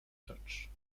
touch